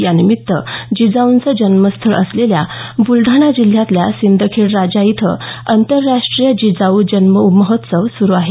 यानिमित्त जिजाऊंचं जन्मस्थळ असलेल्या ब्लडाणा जिल्ह्यातल्या सिंदखेड राजा इथं आंतरराष्ट्रीय जिजाऊ जन्ममहोत्सव सुरू आहे